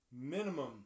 minimum